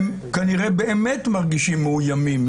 הם כנראה באמת מרגישים מאוימים,